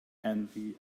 envy